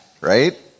right